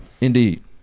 Indeed